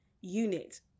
unit